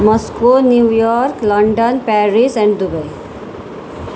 Moscow New York London Paris and Dubai